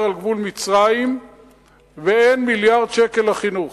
על גבול מצרים ואין מיליארד שקל לחינוך?